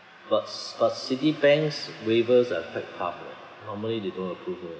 but but Citibank's waivers are quite hard leh normally they don't approve eh